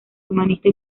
humanista